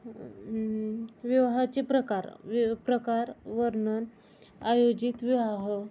विवाहाचे प्रकार प्रकार वर्णन आयोजित विवाह